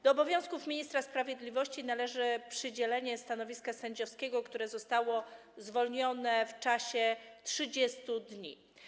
Do obowiązków ministra sprawiedliwości należy przydzielenie stanowiska sędziowskiego, które zostało zwolnione, w ciągu 30 dni.